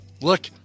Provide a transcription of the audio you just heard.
Look